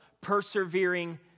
persevering